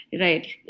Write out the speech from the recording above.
Right